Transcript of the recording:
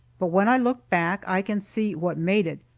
but when i look back, i can see what made it.